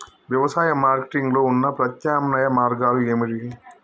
వ్యవసాయ మార్కెటింగ్ లో ఉన్న ప్రత్యామ్నాయ మార్గాలు ఏమిటి?